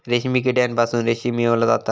रेशीम किड्यांपासून रेशीम मिळवला जाता